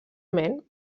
ment